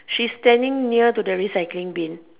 she standing near to the recycling bin